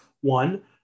one